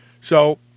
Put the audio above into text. So-